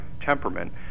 temperament